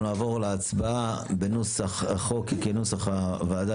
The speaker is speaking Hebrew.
אנחנו נעבור להצבעה בנוסח החוק כנוסח הוועדה,